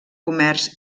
comerç